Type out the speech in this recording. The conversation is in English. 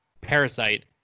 Parasite